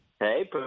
Hey